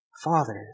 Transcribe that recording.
fathers